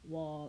我